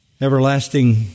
everlasting